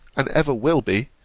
and ever will be,